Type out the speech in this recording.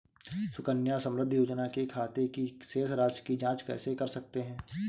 सुकन्या समृद्धि योजना के खाते की शेष राशि की जाँच कैसे कर सकते हैं?